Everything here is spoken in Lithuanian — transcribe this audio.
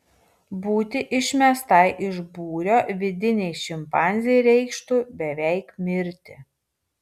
būti išmestai iš būrio vidinei šimpanzei reikštų beveik mirti